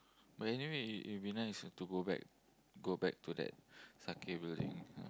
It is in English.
but anyway it it will be nice to go back go back to that sakae building